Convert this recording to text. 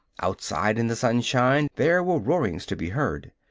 outside, in the sunshine, there were roarings to be heard.